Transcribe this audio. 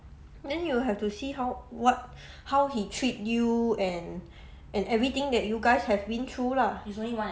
then you'll have to see how what how he treat you and and everything that you guys have been through lah